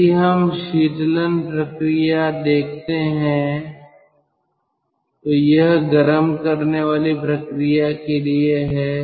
यदि हम शीतलन प्रक्रिया देखते हैं तो यह गर्म करने वाली प्रक्रिया के लिए है